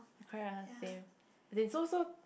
oh ya same as in so so